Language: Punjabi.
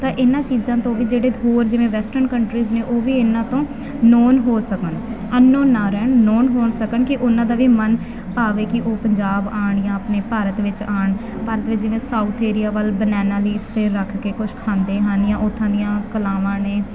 ਤਾਂ ਇਹਨਾਂ ਚੀਜ਼ਾਂ ਤੋਂ ਵੀ ਜਿਹੜੇ ਹੋਰ ਜਿਵੇਂ ਵੈਸਟਰਨ ਕੰਟਰੀਜ ਨੇ ਉਹ ਵੀ ਇਹਨਾਂ ਤੋਂ ਨੋਨ ਹੋ ਸਕਣ ਅਨਨੋਨ ਨਾ ਰਹਿਣ ਨੋਨ ਸਕਣ ਕਿ ਉਹਨਾਂ ਦਾ ਵੀ ਮਨ ਭਾਵ ਹੈ ਕਿ ਉਹ ਪੰਜਾਬ ਆਉਣ ਜਾਂ ਆਪਣੇ ਭਾਰਤ ਵਿੱਚ ਆਉਣ ਭਾਰਤ ਵਿੱਚ ਜਿਵੇਂ ਸਾਊਥ ਏਰੀਆ ਵੱਲ ਬਨੈਨਾ ਲੀਵਜ 'ਤੇ ਰੱਖ ਕੇ ਕੁਛ ਖਾਂਦੇ ਹਨ ਜਾਂ ਉੱਥੋ ਦੀਆਂ ਕਲਾਵਾਂ ਨੇ